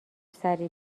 سریع